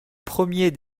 premier